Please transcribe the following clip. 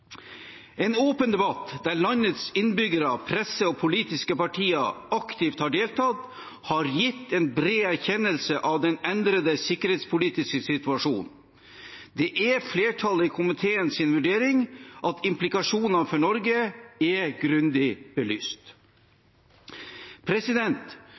En åpen debatt der landets innbyggere, presse og politiske partier aktivt har deltatt, har gitt en bred erkjennelse av den endrede sikkerhetspolitiske situasjonen. Det er flertallet i komiteens vurdering at implikasjonene for Norge er grundig